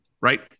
right